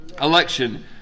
Election